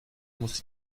muss